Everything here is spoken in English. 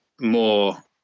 more